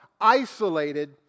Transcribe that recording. isolated